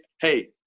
Hey